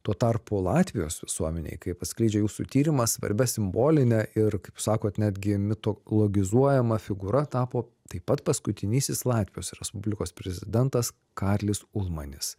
tuo tarpu latvijos visuomenei kaip atskleidžia jūsų tyrimas svarbia simboline ir kaip sakot netgi mitologizuojama figūra tapo taip pat paskutinysis latvijos respublikos prezidentas karlis ulmanis